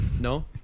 No